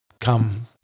come